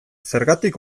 zergatik